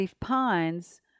pines